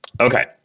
Okay